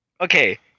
Okay